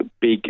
big